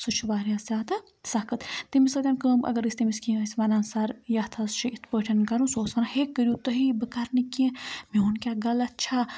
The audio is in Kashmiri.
سُہ چھُ واریاہ زیادٕ سَخت تٔمِس سۭتۍ کٲم اگر أسۍ تٔمِس کیٚنٛہہ ٲسۍ وَنان سَر یَتھ حظ چھِ اِتھ پٲٹھۍ کَرُن سُہ اوس وَنان ہے کٔرِو تُہی بہٕ کَرنہٕ کیٚنٛہہ میون کیاہ غلط چھا